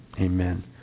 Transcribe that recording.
Amen